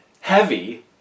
heavy